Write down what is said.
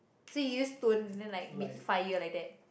so you use stone then like making fire like that